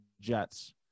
Jets